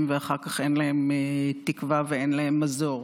ואחר כך אין להם תקווה ואין להם מזור,